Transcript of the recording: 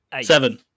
seven